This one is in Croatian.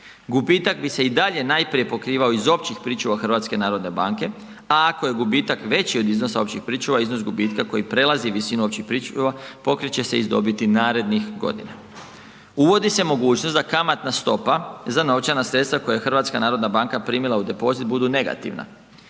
Gubitak bi se i dalje najprije pokrivao iz općih pričuva HNB-a a ako je gubitak veći od iznosa općih pričuva, iznos gubitka koji prelazi visinu općih pričuva, pokrit će se iz dobiti narednih godina. Uvodi se mogućnost da kamatna stopa za novčana sredstva koja je HNB primila u depozit budu negativna.